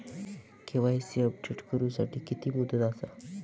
KYC update करू साठी किती मुदत आसा?